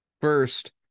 First